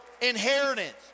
inheritance